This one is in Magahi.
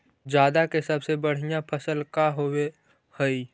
जादा के सबसे बढ़िया फसल का होवे हई?